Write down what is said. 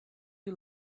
you